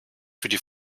für